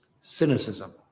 cynicism